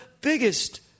biggest